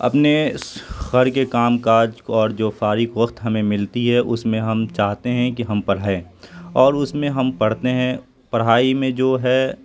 اپنے گھر کے کام کاج کو اور جو فارغ وقت ہمیں ملتی ہے اس میں ہم چاہتے ہیں کہ ہم پڑھیں اور اس میں ہم پڑھتے ہیں پڑھائی میں جو ہے